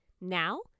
Now